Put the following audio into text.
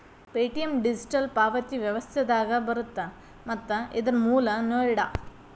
Paytm digital ಪಾವತಿ ವ್ಯವಸ್ಥೆದಾಗ ಬರತ್ತ ಮತ್ತ ಇದರ್ ಮೂಲ ನೋಯ್ಡಾ